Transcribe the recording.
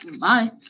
Bye